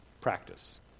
practice